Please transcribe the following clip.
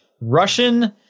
Russian